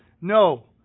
No